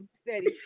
steady